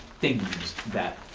things back